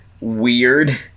weird